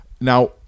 Now